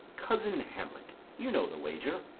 cousin hamlet, you know the wager?